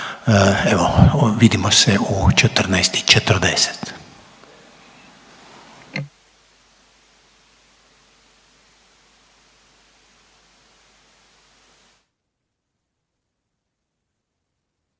evo vidimo se u 14 i 40.